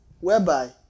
whereby